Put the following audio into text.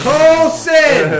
Colson